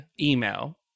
email